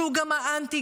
שהוא גם האנטי-גיבור,